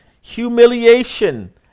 humiliation